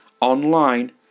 online